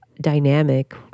dynamic